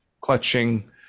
clutching